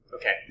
Okay